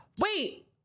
Wait